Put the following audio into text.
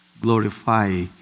Glorify